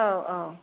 औ औ